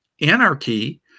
anarchy